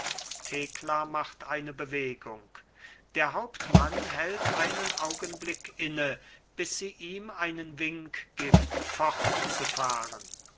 thekla macht eine bewegung der hauptmann hält einen augenblick inne bis sie ihm einen wink gibt fortzufahren